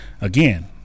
Again